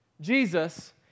Jesus